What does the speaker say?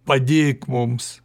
padėk mums